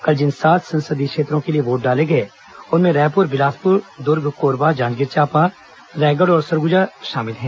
कल जिन सात संसदीय क्षेत्रों के लिए वोट डाले गए उनमें रायपुर बिलासपुर दुर्ग कोरबा जांजगीर चांपा रायगढ़ और सरगुजा शामिल हैं